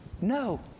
No